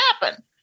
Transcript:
happen